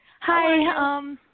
hi